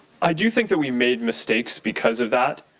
i do think that we made mistakes because of that.